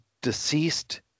deceased